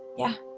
yeah.